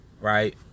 right